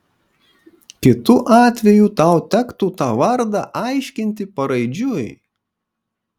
kitu atveju tau tektų tą vardą aiškinti paraidžiui